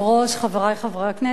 חברי חברי הכנסת,